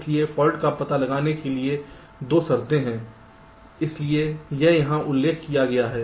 इसलिए फाल्ट का पता लगाने के लिए 2 शर्तें हैं इसलिए यह यहाँ उल्लेख किया गया है